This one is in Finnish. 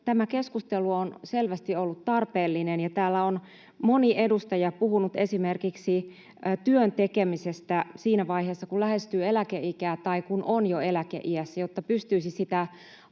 tämä keskustelu on selvästi ollut tarpeellinen, ja täällä on moni edustaja puhunut esimerkiksi työn tekemisestä siinä vaiheessa, kun lähestyy eläkeikää tai kun on jo eläkeiässä, jotta pystyisi sitä omaa